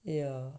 yeah